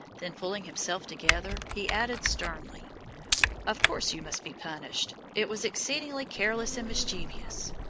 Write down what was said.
then pulling himself together, he added sternly of course you must be punished it was exceedingly careless and mischievous.